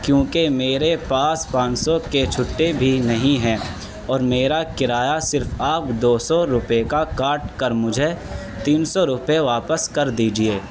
کیوںکہ میرے پاس پانچ سو کے چھٹے بھی نہیں ہیں اور میرا کرایہ صرف آپ دو سو روپیے کا کاٹ کر مجھے تین سو روپیے واپس کر دیجیے